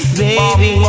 baby